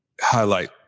highlight